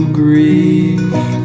grieve